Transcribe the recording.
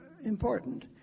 important